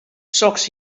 soks